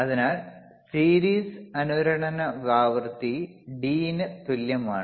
അതിനാൽ സീരീസ് അനുരണന ആവൃത്തി D ന് തുല്യമാണ്